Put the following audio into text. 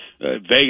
Vegas